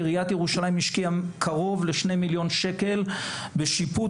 עיריית ירושלים השקיעה קרוב ל-2 מיליון שקלים בשיפוץ